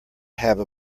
have